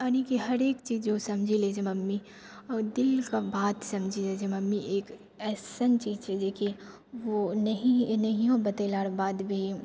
यानि कि हरेक चीज ओ समझि लए छै मम्मी आओर दिल सँ बात समझ लयऽ छै मम्मी ऐसन चीज छियै जेकि वो नहि नहियो बतेला बाद भी